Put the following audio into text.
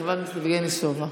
חבר הכנסת יבגני סובה.